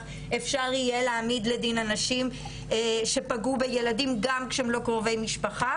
אפשר יהיה להעמיד לדין אנשים שפגעו בילדים גם כשהם לא קרובי משפחה